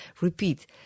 repeat